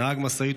נהג משאית,